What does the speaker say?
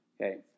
Okay